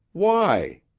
why?